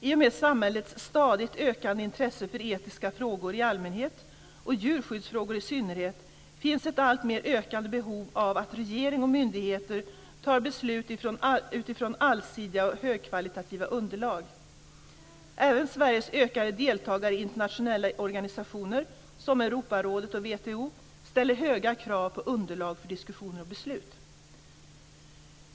I och med samhällets stadigt ökande intresse för etiska frågor i allmänhet och djurskyddsfrågor i synnerhet finns ett alltmer ökande behov av att regering och myndigheter tar beslut utifrån allsidiga och högkvalitativa underlag. Även Sveriges ökande deltagande i internationella organisationer som Europarådet och WTO ställer höga krav på underlag för diskussioner och beslut.